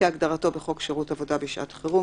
כהגדרתו בחוק שירות עבודה בשעת-חירום,